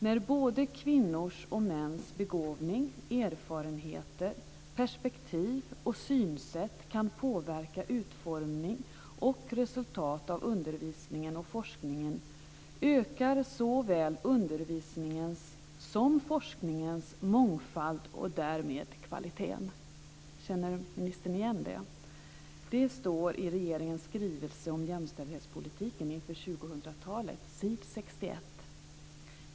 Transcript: När både kvinnors och mäns begåvning, erfarenheter, perspektiv och synsätt kan påverka utformning och resultat av undervisningen och forskningen ökar såväl undervisningens som forskningens mångfald och därmed kvaliteten." Känner ministern igen det? Det står i regeringens skrivelse om jämställdhetspolitiken inför 2000-talet, s. 61.